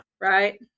Right